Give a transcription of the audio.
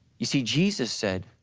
you see jesus said,